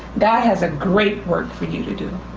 god has a great work for you to do.